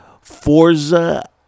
Forza